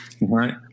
right